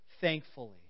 thankfully